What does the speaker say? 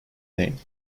names